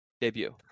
Debut